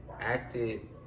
Acted